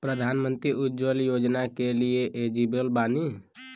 प्रधानमंत्री उज्जवला योजना के लिए एलिजिबल बानी?